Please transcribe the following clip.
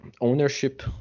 ownership